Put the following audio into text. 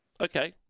Okay